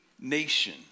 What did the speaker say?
nation